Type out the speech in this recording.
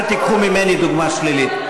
אל תיקחו ממני דוגמה שלילית,